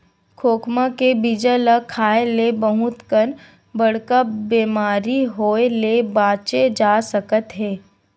खोखमा के बीजा ल खाए ले बहुत कन बड़का बेमारी होए ले बाचे जा सकत हे